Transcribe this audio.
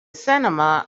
cinema